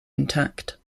intact